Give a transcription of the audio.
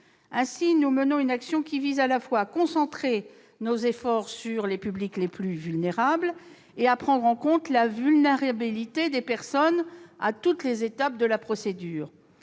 Ainsi, nous menons une action qui vise à la fois à concentrer nos efforts sur les publics les plus vulnérables et à prendre en compte la vulnérabilité des personnes à toutes les étapes de la procédure.